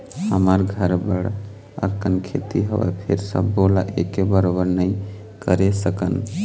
हमर घर बड़ अकन खेती हवय, फेर सबो ल एके बरोबर नइ करे सकन